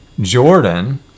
Jordan